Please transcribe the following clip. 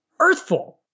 Earthfall